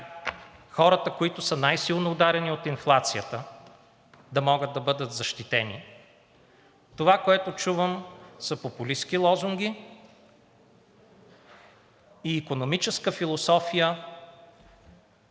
хората, които са най-силно ударени от инфлацията, да могат да бъдат защитени. Това, което чувам, са популистки лозунги и икономическа философия,